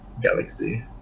galaxy